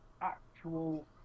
actual